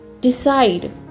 decide